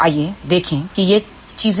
तो आइए देखें कि ये चीजें क्या हैं